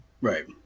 Right